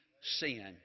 sin